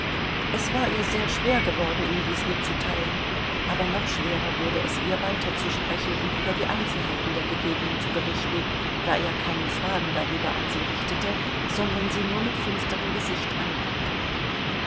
es war ihr sehr schwer geworden ihm dies mitzuteilen aber noch schwerer wurde es ihr weiterzusprechen und über die einzelheiten der begegnung zu berichten da er keine fragen darüber an sie richtete sondern sie nur mit finsterem gesicht anblickte